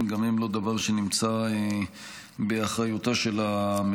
גם הם לא דבר שנמצא באחריותה של המדינה.